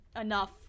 enough